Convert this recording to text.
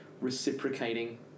reciprocating